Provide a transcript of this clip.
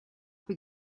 peu